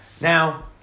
now